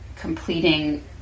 completing